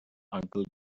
uncle